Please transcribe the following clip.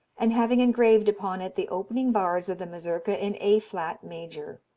and having engraved upon it the opening bars of the mazurka in a flat major.